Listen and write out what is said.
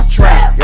Trap